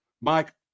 Mike